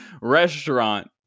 restaurant